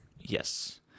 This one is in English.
Yes